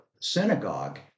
synagogue